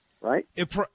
Right